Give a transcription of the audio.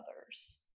others